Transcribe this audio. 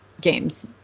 games